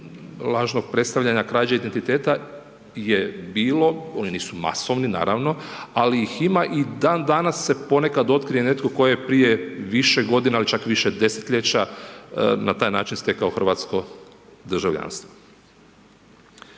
lažnog predstavljanja krađe identiteta je bilo, one nisu masovne, naravno, ali ih ima i dan danas se ponekad otkrije netko tko je prije više godina ili čak više desetljeća na taj način stekao hrvatsko državljanstvo.